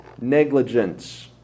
negligence